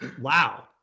wow